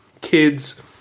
kids